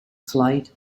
flight